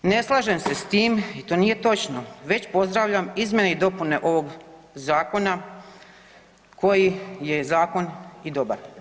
Ne slažem se s tim i to nije točno već pozdravljam izmjene i dopune ovog zakona koji je zakon i dobar.